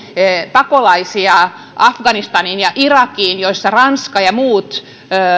pakolaisia afganistaniin ja irakiin vaikka ranska ja muut